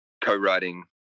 co-writing